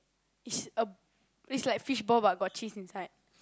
it's a it's like fishball but got cheese inside